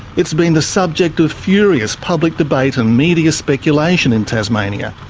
it's been the subject of furious public debate and media speculation in tasmania.